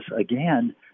again